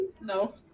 No